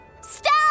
Stop